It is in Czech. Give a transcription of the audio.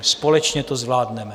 Společně to zvládneme.